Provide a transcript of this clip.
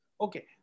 Okay